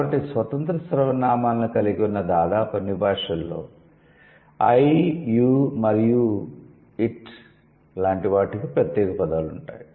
కాబట్టి స్వతంత్ర సర్వనామాలను కలిగి ఉన్న దాదాపు అన్ని భాషలలో 'ఐ యు మరియు ఇతర వాటికి' ప్రత్యేక పదాలు ఉన్నాయి